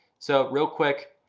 so real quick,